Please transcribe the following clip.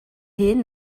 hŷn